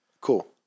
Cool